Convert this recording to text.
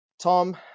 Tom